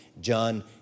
John